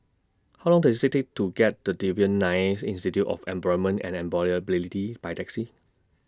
How Long Does IT Take to get to Devan Nair Institute of Employment and Employability By Taxi